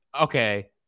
okay